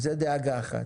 זו דאגה אחת.